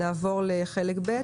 נעבור לחלק ב',